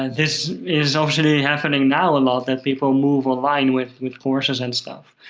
ah this is obviously happening now a lot that people move online with with courses and stuff.